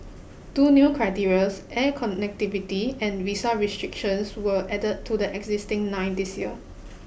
two new criterias air connectivity and visa restrictions were added to the existing nine this year